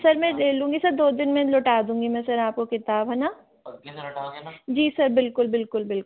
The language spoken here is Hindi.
सर मैं ले लूंगी सर दो दिन में लौटा दूंगी मैं सर आपको किताब है न जी सर बिल्कुल बिल्कुल बिल्कुल